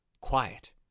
quiet